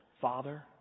Father